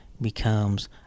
becomes